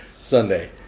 Sunday